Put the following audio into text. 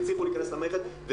והצליחו להיכנס למערכת,